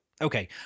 Okay